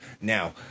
Now